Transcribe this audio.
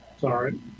Sorry